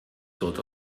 tot